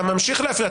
אתה ממשיך להפריע.